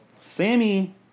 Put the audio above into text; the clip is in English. Sammy